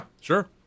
sure